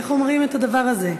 איך אומרים את הדבר הזה?